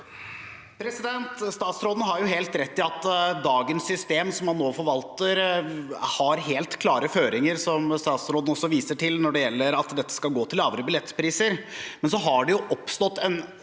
Statsråden har helt rett i at dagens system, som man nå forvalter, har helt klare føringer om at dette skal gå til lavere billettpriser,